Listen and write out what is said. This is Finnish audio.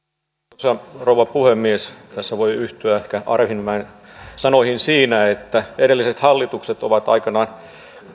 arvoisa rouva puhemies tässä voi ehkä yhtyä arhinmäen sanoihin siinä että edelliset hallitukset ovat aikanaan